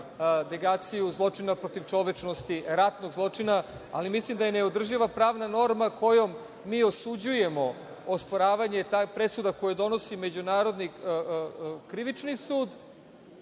negaciju zločina protiv čovečnosti, ratnog zločina, ali mislim da je neodrživa pravna norma kojom mi osuđujemo osporavanje presuda koje donosi Međunarodni krivični sud